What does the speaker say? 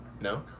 No